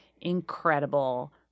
incredible